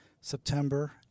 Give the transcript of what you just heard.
September